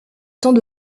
temps